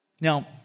Now